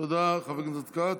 תודה, חבר הכנסת כץ.